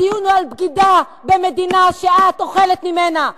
הדיון הוא על בגידה במדינה שאת אוכלת ממנה.